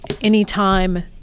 anytime